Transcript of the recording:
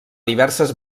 diverses